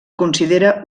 considera